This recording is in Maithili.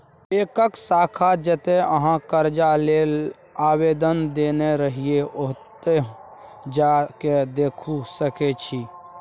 बैकक शाखा जतय अहाँ करजा लेल आवेदन देने रहिये ओतहु जा केँ देखि सकै छी